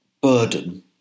Burden